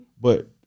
But-